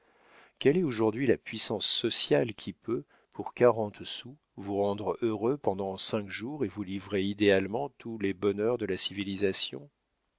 quelle est aujourd'hui la puissance sociale qui peut pour quarante sous vous rendre heureux pendant cinq jours et vous livrer idéalement tous les bonheurs de la civilisation